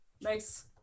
Nice